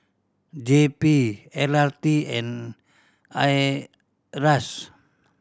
J P L R T and IRAS